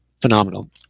phenomenal